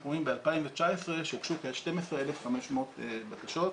אנחנו רואים ב-2019 שהוגשו כ-12,500 בקשות.